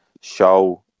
show